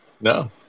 No